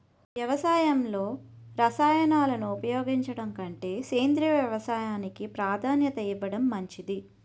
వ్యవసాయంలో రసాయనాలను ఉపయోగించడం కంటే సేంద్రియ వ్యవసాయానికి ప్రాధాన్యత ఇవ్వడం మంచిది